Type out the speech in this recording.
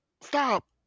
stop